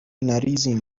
نریزیم